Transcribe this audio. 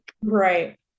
Right